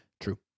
True